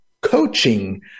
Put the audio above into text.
coaching